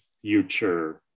future